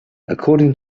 according